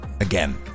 again